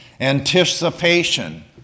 anticipation